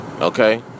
Okay